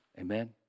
Amen